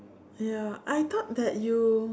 ya I thought that you